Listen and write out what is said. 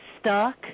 stuck